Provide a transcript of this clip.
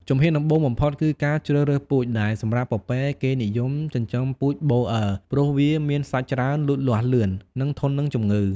ជំហានដំបូងបំផុតគឺការជ្រើសរើសពូជ ដែលសម្រាប់ពពែគេនិយមចិញ្ចឹមពូជបូអឺ ព្រោះវាមានសាច់ច្រើន លូតលាស់លឿន និងធន់នឹងជំងឺ។